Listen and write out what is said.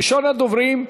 ראשון הדוברים,